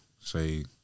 say